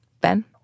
Ben